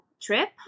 trip